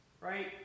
Right